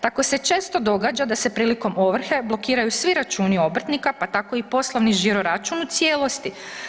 Tako se često događa da se prilikom ovrhe blokiraju svi računi obrtnika, pa tako i poslovni žiro račun u cijelosti.